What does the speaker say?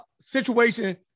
situation